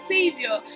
Savior